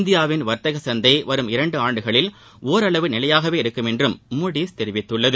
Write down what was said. இந்தியாவின் வர்த்தக சந்தை வரும் இரண்டு ஆண்டுகளில் ஒரளவு நிலையாகவே இருக்கும் என்றும மூடிஸ் தெரிவித்துள்ளது